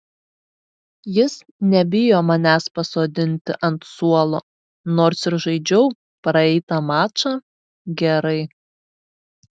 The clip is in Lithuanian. jis nebijo manęs pasodinti ant suolo nors ir žaidžiau praeitą mačą gerai